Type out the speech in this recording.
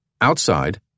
Outside